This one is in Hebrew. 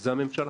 זאת הממשלה.